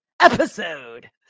episode